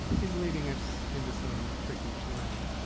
is leading it into some tricky terrain.